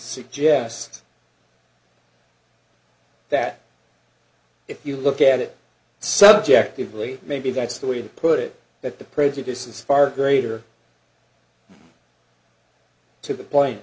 suggest that if you look at it subject of late maybe that's the way to put it that the prejudice is far greater to the p